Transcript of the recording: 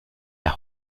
las